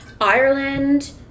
Ireland